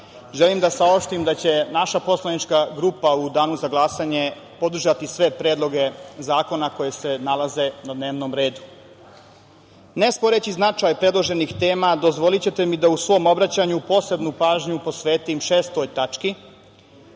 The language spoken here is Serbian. želim da saopštim da će naša poslanička grupa u danu za glasanje podržati sve predloge zakona koji se nalaze na dnevnom redu. Ne sporeći značaj predloženih tema dozvolićete mi da u svom obraćanju posebnu pažnju posvetim 6. tački,